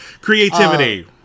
Creativity